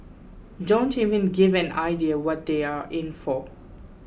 don't even give an idea what they are in for